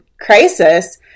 crisis